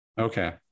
Okay